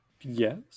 yes